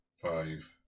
Five